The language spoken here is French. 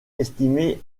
estimée